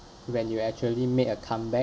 when you actually made a comeback